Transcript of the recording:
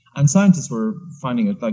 and scientists were finding it like,